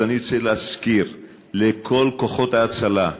אז אני צריך להזכיר לכל כוחות ההצלה: